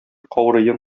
каурыен